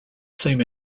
same